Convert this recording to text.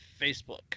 Facebook